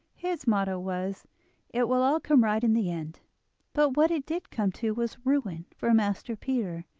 his motto was it will all come right in the end but what it did come to was ruin for master peter.